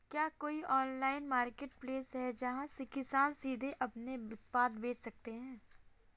क्या कोई online marketplace है जहाँ किसान सीधे अपने उत्पाद बेच सकते हैं?